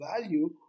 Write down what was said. value